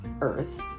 Earth